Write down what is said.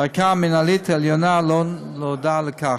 הערכאה המינהלית העליונה לא נועדה לכך.